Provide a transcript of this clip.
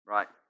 Right